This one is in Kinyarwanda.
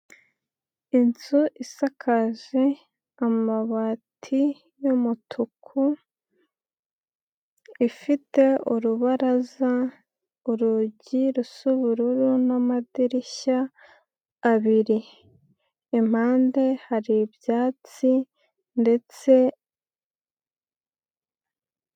Inzu isakaje amabati y'umutuku ifite urubaraza, urugi rusa ubururu n'amadirishya abiri impande hari ibyatsi ndetse.